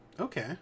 Okay